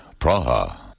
Praha